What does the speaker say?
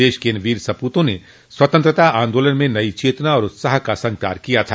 देश को इन वीर सपूतों ने स्वतंत्रता आन्दोलन में नई चेतना और उत्साह का संचार किया था